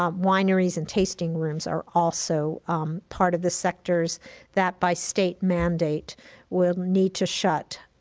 um wineries, and tasting rooms are also part of the sectors that by state mandate will need to shut.